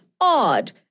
odd